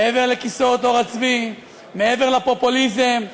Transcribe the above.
מעבר לכיסאות עור הצבי, מעבר לפופוליזם,